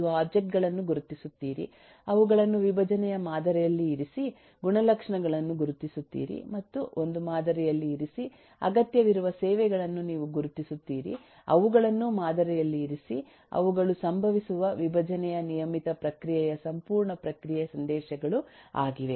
ನೀವು ಒಬ್ಜೆಕ್ಟ್ ಗಳನ್ನು ಗುರುತಿಸುತ್ತೀರಿ ಅವುಗಳನ್ನು ವಿಭಜನೆಯ ಮಾದರಿಯಲ್ಲಿ ಇರಿಸಿ ಗುಣಲಕ್ಷಣಗಳನ್ನು ಗುರುತಿಸುತ್ತೀರಿ ಮತ್ತು ಒಂದು ಮಾದರಿಯಲ್ಲಿ ಇರಿಸಿ ಅಗತ್ಯವಿರುವ ಸೇವೆಗಳನ್ನು ನೀವು ಗುರುತಿಸುತ್ತೀರಿ ಅವುಗಳನ್ನು ಮಾದರಿಯಲ್ಲಿ ಇರಿಸಿ ಅವುಗಳು ಸಂಭವಿಸುವ ವಿಭಜನೆಯ ನಿಯಮಿತ ಪ್ರಕ್ರಿಯೆಯ ಸಂಪೂರ್ಣ ಪ್ರಕ್ರಿಯೆ ಸಂದೇಶಗಳು ಆಗಿವೆ